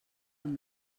amb